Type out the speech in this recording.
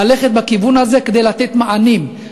ללכת בכיוון הזה כדי לתת מענים,